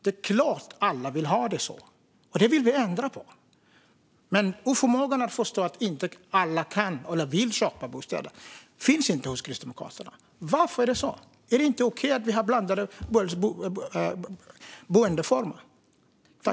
Det är klart att alla vill ha det så, men vi vill ändra på det. Förmågan att förstå att alla inte kan eller vill köpa bostäder finns inte hos Kristdemokraterna. Varför är det så? Är det inte okej att vi har blandade boendeformer?